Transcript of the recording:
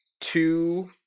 two